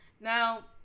Now